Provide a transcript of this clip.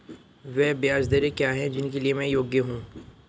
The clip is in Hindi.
वे ब्याज दरें क्या हैं जिनके लिए मैं योग्य हूँ?